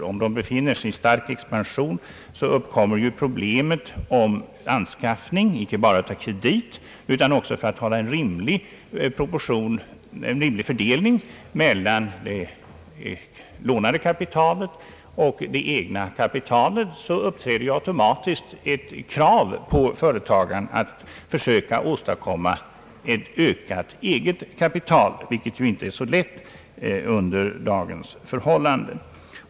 Om ett företag befinner sig i stark expansion, uppkommer problemet om anskaffning av kredit, och vid krav på en rimlig fördelning mellan det lånade kapitalet och det egna kapitalet medför expansionen automatiskt ett krav på företagaren att försöka åstadkomma ett ökat eget kapital, vilket inte är så lätt under nuvarande förhållanden.